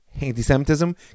anti-Semitism